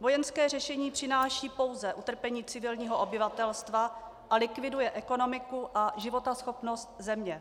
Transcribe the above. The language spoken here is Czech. Vojenské řešení přináší pouze utrpení civilního obyvatelstva a likviduje ekonomiku a životaschopnost země.